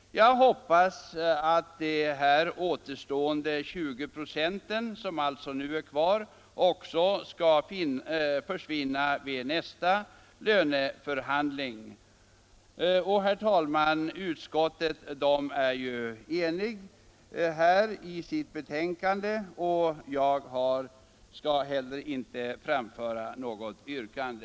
Jag hoppas att de 20 96 som nu är kvar också skall försvinna vid nästa löneförhandling. Herr talman! Utskottet är enigt i sitt betänkande, och jag skall inte heller framföra något yrkande.